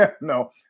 No